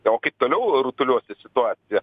o kaip toliau rutuliosis situacija